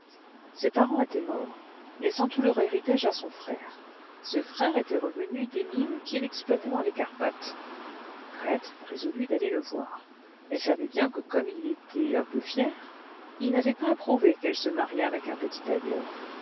ses parents étaient morts laissant tout leur héritage à son frère ce frère était revenu des mines qu'il exploitait dans les carpathes grethe résolut d'aller le voir elle savait bien que comme il était un peu fier il n'avait pas approuvé qu'elle se mariât avec un petit tailleur